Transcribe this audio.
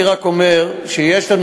אני אומר,